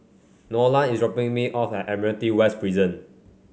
Nolan is dropping me off at Admiralty West Prison